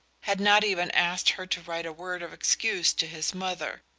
had not even asked her to write a word of excuse to his mother.